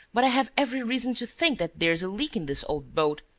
but i have every reason to think that there's a leak in this old boat.